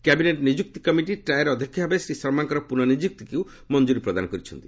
cabinet ନିଯୁକ୍ତି committee ଟ୍ରାଏର ଅଧ୍ୟକ୍ଷ ଭାବେ ଶ୍ରୀ ଶର୍ମାଙ୍କର ପୁନଃ ନିଯୁକ୍ତିକୁ ମଞ୍ଜୁରୀ ପ୍ରଦାନ କରିଛନ୍ତି